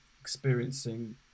experiencing